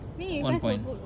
I mean you guys were good [what]